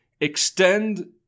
extend